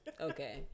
okay